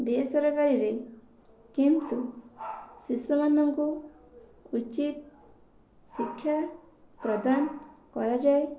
ବେସରକାରୀରେ କିନ୍ତୁ ଶିଶୁ ମାନଙ୍କୁ ଉଚିତ୍ ଶିକ୍ଷା ପ୍ରଦାନ କରାଯାଏ